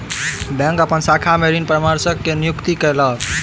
bank अपन शाखा में ऋण परामर्शक के नियुक्ति कयलक